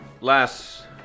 last